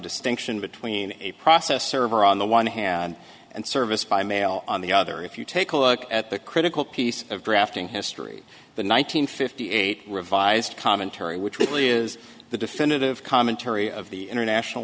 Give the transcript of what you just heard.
distinction between a process server on the one hand and service by mail on the other if you take a look at the critical piece of drafting history the nine hundred fifty eight revised commentary which weekly is the definitive commentary of the international